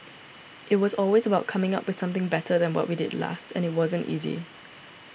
it was always about coming up with something better than what we did last and it wasn't easy